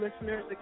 listeners